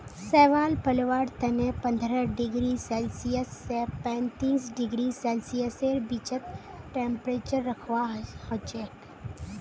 शैवाल पलवार तने पंद्रह डिग्री सेल्सियस स पैंतीस डिग्री सेल्सियसेर बीचत टेंपरेचर रखवा हछेक